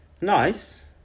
Nice